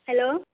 hello